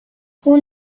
hon